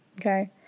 okay